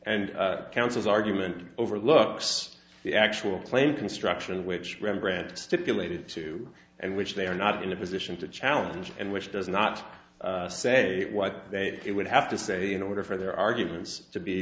and counsel's argument overlooks the actual claim construction which rembrandt stipulated to and which they are not in a position to challenge and which does not say what they would have to say in order for their arguments to be